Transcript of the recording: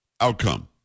outcome